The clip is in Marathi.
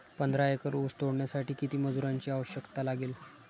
पंधरा एकर ऊस तोडण्यासाठी किती मजुरांची आवश्यकता लागेल?